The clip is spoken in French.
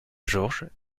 georges